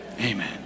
Amen